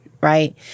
right